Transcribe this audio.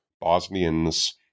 Bosnians